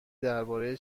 درباره